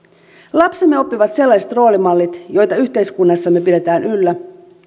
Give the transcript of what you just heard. lapsemme oppivat sellaiset roolimallit joita yhteiskunnassamme pidetään yllä